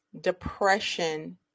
depression